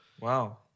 wow